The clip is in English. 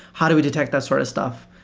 how do we detect that sort of stuff?